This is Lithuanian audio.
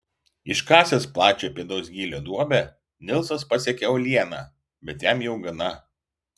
iškasęs plačią pėdos gylio duobę nilsas pasiekia uolieną bet jam jau gana